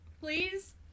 Please